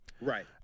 Right